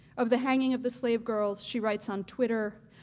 of the hanging of the slave girls she writes on twitter,